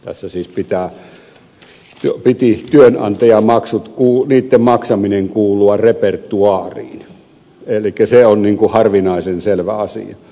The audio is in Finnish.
tässä siis piti työnantajamaksujen maksamisen kuulua repertoaariin elikkä se on harvinaisen selvä asia